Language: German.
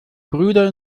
brüder